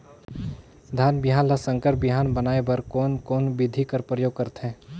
धान बिहान ल संकर बिहान बनाय बर कोन कोन बिधी कर प्रयोग करथे?